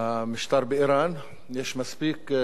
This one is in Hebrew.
יש מספיק חוקים במדינת ישראל,